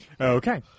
Okay